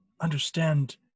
understand